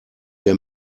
der